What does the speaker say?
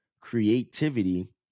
Creativity